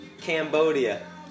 Cambodia